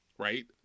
Right